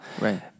Right